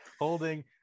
holding